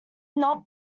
not